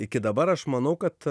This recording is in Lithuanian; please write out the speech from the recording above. iki dabar aš manau kad